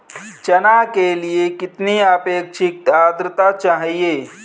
चना के लिए कितनी आपेक्षिक आद्रता चाहिए?